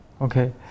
Okay